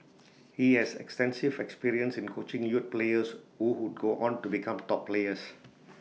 he has extensive experience in coaching youth players who would go on to become top players